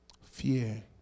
Fear